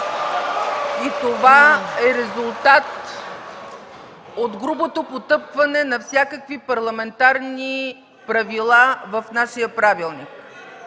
и това е резултат от грубото потъпкване на всякакви парламентарни правила в нашия правилник.